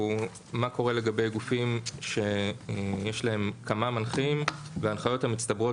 הוא מה קורה לגבי גופים שיש להם כמה מנחים וההנחיות המצטברות